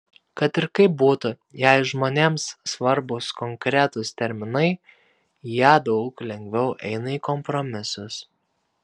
kad ir kaip būtų jei žmonėms svarbūs konkretūs terminai jie daug lengviau eina į kompromisus